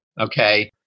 okay